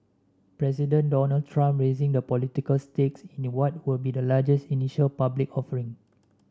President Donald Trump raising the political stakes in what would be the largest initial public offering